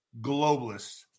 globalists